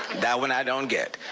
that one i don't get.